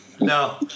No